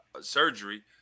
surgery